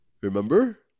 Remember